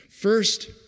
First